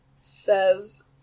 says